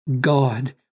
God